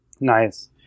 Nice